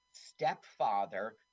stepfather